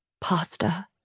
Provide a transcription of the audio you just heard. Pasta